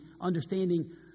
understanding